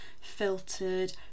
filtered